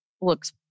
looks